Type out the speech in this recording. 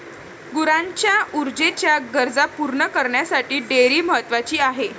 गुरांच्या ऊर्जेच्या गरजा पूर्ण करण्यासाठी डेअरी महत्वाची आहे